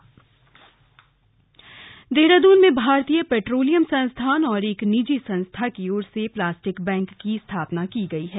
plastic bank Dehradun में भारतीय पेट्रोलियम संस्थान और एक निजी संस्था की ओर से प्लास्टिक बैंक की स्थापना की गई है